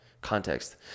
context